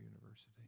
university